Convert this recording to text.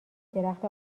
درخت